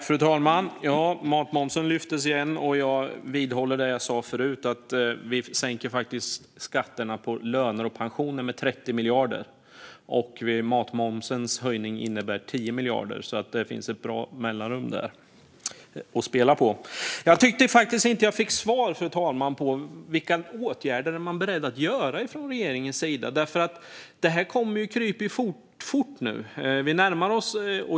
Fru talman! Matmomsen lyftes igen, och jag vidhåller det jag sa förut. Vi sänker faktiskt skatterna på löner och pensioner med 30 miljarder, medan matmomsen höjs med 10 miljarder. Det finns alltså ett bra mellanrum att spela på där. Jag tyckte faktiskt inte att jag fick svar på vilka åtgärder man är beredd att vidta från regeringens sida. Detta kryper nämligen fort nu, och vi närmar oss.